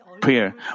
prayer